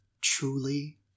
truly